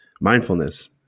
mindfulness